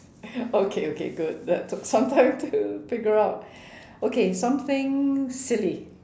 okay okay good that took some time to figure out okay something silly